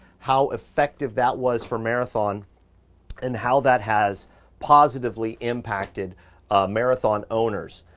how effective that was for marathon and how that has positively impacted marathon owners.